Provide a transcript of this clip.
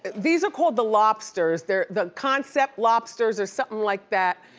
these are called the lobsters. they're the concept lobsters or something like that.